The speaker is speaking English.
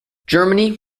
germany